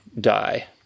die